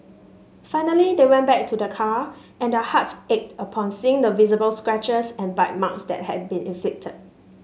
finally they went back to the car and their hearts ached upon seeing the visible scratches and bite marks that have been inflicted